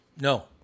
No